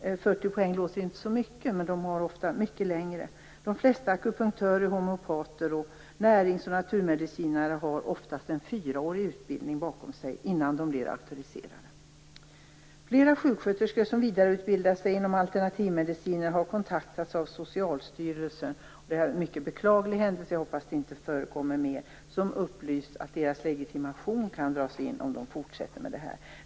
40 poäng låter inte så mycket, men ofta har de mycket mer. De flesta akupunktörer, homeopater, näringsoch naturmedicinare har oftast en fyraårig utbildning bakom sig innan de blir auktoriserade. Flera sjuksköterskor som vidareutbildar sig inom alternativmedicinen har kontaktats av Socialstyrelsen, som upplyst dem om att deras legitimation kan dras in om de fortsätter med detta. Detta är mycket beklagligt, och jag hoppas att det inte skall förekomma mer.